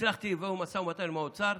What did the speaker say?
הצלחתי לבוא במשא ומתן עם האוצר.